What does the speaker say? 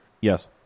Yes